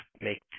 make